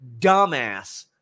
dumbass